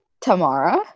Tamara